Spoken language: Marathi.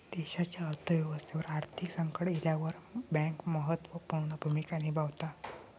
देशाच्या अर्थ व्यवस्थेवर आर्थिक संकट इल्यावर बँक महत्त्व पूर्ण भूमिका निभावता